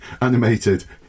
animated